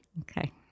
Okay